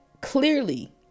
clearly